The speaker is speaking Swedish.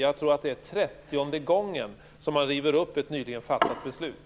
Jag tror att det är trettionde gången som de river upp ett nyligen fattat beslut.